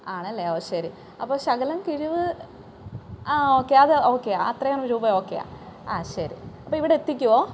ആണല്ലേ ഓഹ് ശരി അപ്പം ശകലം കിഴിവ് ആ ഓക്കേ അത് ഓക്കേ അത്രയും രൂപ ഒക്കെയാ ആ ശരി അപ്പം ഇവിടെ എത്തിക്കുമോ